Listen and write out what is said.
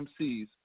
MCs